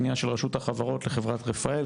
פנייה של רשות החברות לחברת "רפאל",